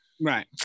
Right